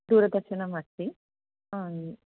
दूरदर्शनम् अस्ति